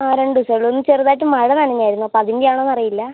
രണ്ട് ദിവസമേ ആയുള്ളു ഒന്ന് ചെറുതായിട്ട് മഴ നനഞ്ഞിരുന്നു അപ്പോൾ അതിന്റെയാണോ എന്നറിയില്ല